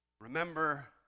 Remember